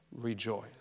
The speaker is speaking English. rejoice